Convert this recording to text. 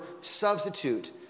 substitute